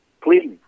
please